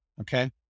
Okay